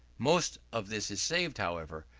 most of this is saved, however,